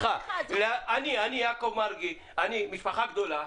אני, יעקב מרגי, משפחה גדולה,